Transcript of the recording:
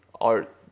art